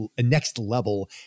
next-level